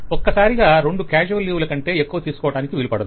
ఒక్కసారిగా రెండు casual leave ల కంటే ఎక్కువ తీసుకోటానికి వీలుపడదు